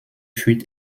führt